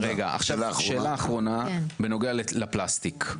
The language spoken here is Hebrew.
שאלה אחרונה בנוגע לפלסטיק.